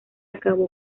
acabó